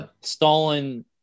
Stalin